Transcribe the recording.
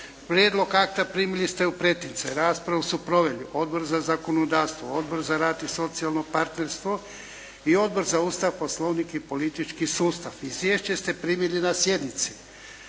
Prijedlog akta primili ste u pretince. Raspravu su proveli Odbor za zakonodavstvo, Odbora za rad i socijalno partnerstvo i Odbor za Ustav, Poslovnik i politički sustav. Izvješće ste primili na sjednici.